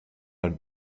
man